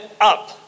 up